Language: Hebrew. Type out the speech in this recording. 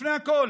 לפני הכול,